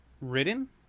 written